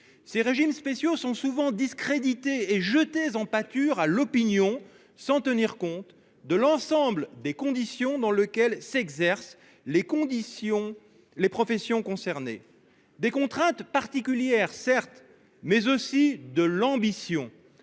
national. Ils sont souvent discrédités et jetés en pâture à l'opinion, sans tenir compte de l'ensemble des conditions dans lesquelles s'exercent les professions concernées, de leurs contraintes particulières, certes, mais aussi de l'ambition